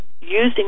using